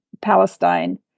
Palestine